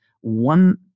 one